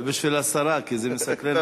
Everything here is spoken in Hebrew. בשביל השרה, כי זה מסקרן אותה.